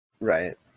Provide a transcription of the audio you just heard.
Right